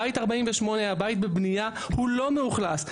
בית 48 היה בית בבנייה, הוא לא מאוכלס.